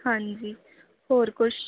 ਹਾਂਜੀ ਹੋਰ ਕੁਛ